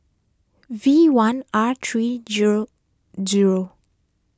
V one R three G O G O